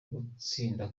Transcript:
gutsinda